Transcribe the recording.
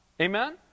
Amen